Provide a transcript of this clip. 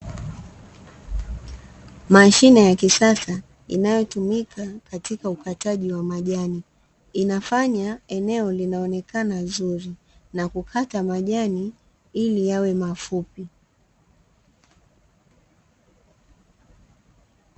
Mashine ya kisasa inayotumika katika ukataji wa majani, inafanya eneo linaonekana zuri na kukata majani ili yawe mafupi.